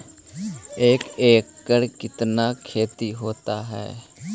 एक एकड़ कितना खेति होता है?